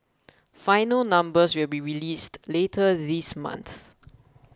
final numbers will be released later this month